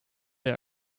they